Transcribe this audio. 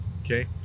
okay